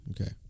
Okay